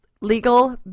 Legal